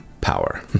power